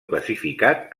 classificat